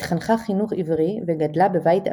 התחנכה חינוך עברי וגדלה בבית אמיד,